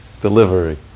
delivery